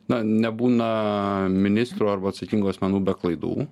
na nebūna ministrų arba atsakingų asmenų be klaidų